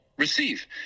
receive